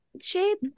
shape